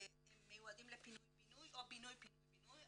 מיועדות לפינוי בינוי או בינוי פינוי בינוי,